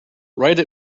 write